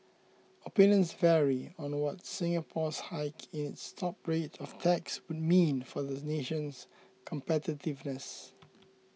opinions vary on what Singapore's hike in its top rate of tax would mean for the nation's competitiveness